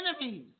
enemies